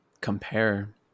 compare